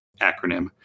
acronym